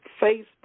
Facebook